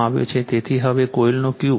તેથી હવે કોઇલનો Q 31